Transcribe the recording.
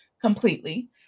completely